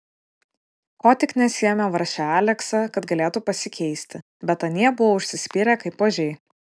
ko tik nesiėmė vargšė aleksa kad galėtų pasikeisti bet anie buvo užsispyrę kaip ožiai